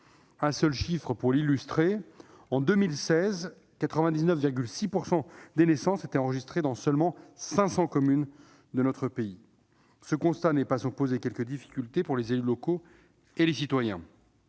de celle-ci. À titre d'illustration, en 2016, 99,6 % des naissances ont été enregistrées dans seulement 500 communes de notre pays. Ce constat n'est pas sans poser quelques difficultés pour les élus locaux et les citoyens.